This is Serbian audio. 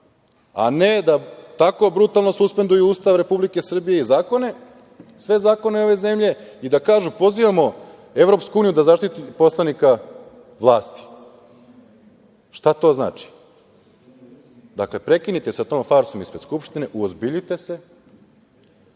a ne da tako brutalno suspenduju Ustav Republike Srbije i zakone, sve zakone ove zemlje i da kažu – pozivamo EU da zaštiti poslanika vlasti. Šta to znači? Dakle, prekinite sa tom farsom ispred Skupštine. Uozbiljite se,